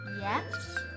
Yes